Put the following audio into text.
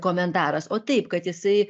komentaras o taip kad jisai